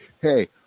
hey